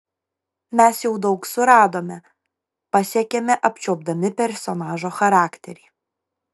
mes jau daug suradome pasiekėme apčiuopdami personažo charakterį